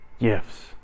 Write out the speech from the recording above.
gifts